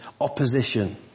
opposition